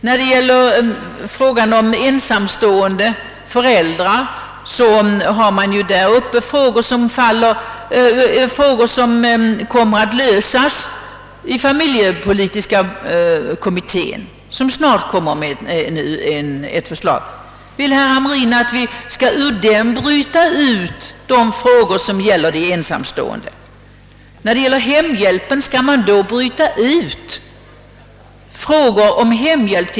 När det gäller ensamstående föräldrar kommer flera problem att lösas i familjepolitiska kommittén, vilken snart lägger fram ett förslag. Vill herr Hamrin i Kalmar att vi ur den skall bryta ut de frågor som gäller de ensamstående, till exempel om hemhjälp?